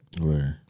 Right